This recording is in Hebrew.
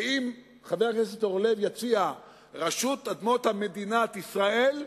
ואם חבר הכנסת אורלב יציע רשות אדמות מדינת ישראל,